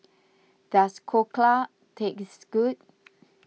does Dhokla taste good